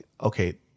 okay